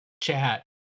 chat